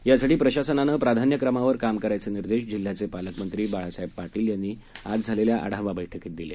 यासाठी प्रशासनानं प्राधान्यक्रमावर काम करायचे निर्देश जिल्ह्याचे पालकमंत्री बाळासाहेब पाटील यांनी आज झालेल्या आढावा बैठकीत दिले